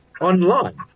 online